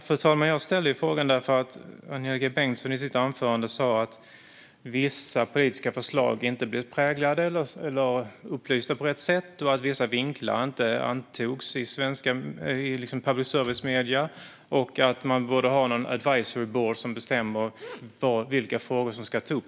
Fru talman! Jag ställde frågan därför att Angelika Bengtsson i sitt anförande sa att upplysning om vissa politiska förslag inte gått till på rätt sätt och att vissa vinklar inte antas i public service-medier samt att man borde ha någon advisory board som bestämmer vilka frågor som ska tas upp.